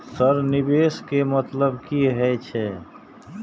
Sir निवेश के मतलब की हे छे?